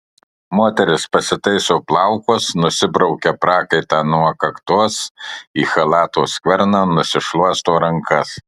moteris pasitaiso plaukus nusibraukia prakaitą nuo kaktos į chalato skverną nusišluosto rankas